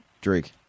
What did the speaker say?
Drake